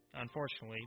Unfortunately